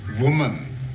Woman